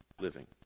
living